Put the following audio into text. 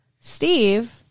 Steve